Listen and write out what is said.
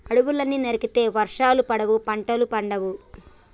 అడవుల్ని నరికితే వర్షాలు పడవు, పంటలు పండవు